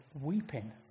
weeping